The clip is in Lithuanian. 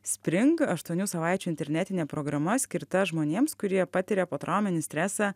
spring aštuonių savaičių internetinė programa skirta žmonėms kurie patiria potrauminį stresą